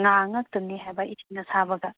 ꯉꯥ ꯉꯛꯇꯅꯦ ꯍꯥꯏꯕ ꯏꯁꯤꯡ ꯑꯁꯥꯕꯒ